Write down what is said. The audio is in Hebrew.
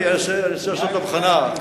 אני רוצה לעשות הבחנה,